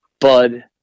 Bud